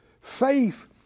Faith